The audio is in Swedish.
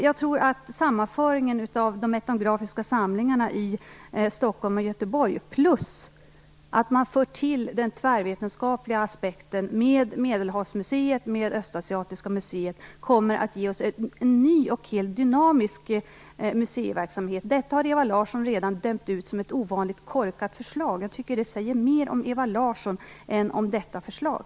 Jag tror att sammanföringen av de etnografiska samlingarna i Stockholm och i Göteborg plus att man får till den tvärvetenskapliga aspekten med Medelhavsmuseet och Östasiatiska museet kommer att ge oss en ny och dynamisk museiverksamhet. Detta har Ewa Larsson redan dömt ut som ett ovanligt korkat förslag. Jag tycker att det säger mer om Ewa Larsson än om detta förslag.